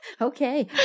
Okay